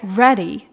ready